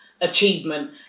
achievement